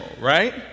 right